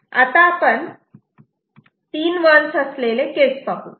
आता आपण 3 तीन 1's असलेले केस पाहू